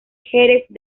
jerez